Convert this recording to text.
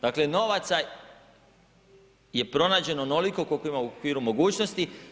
Dakle novaca je pronađeno onoliko koliko ima u okviru mogućnosti.